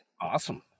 Awesome